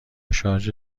شارژر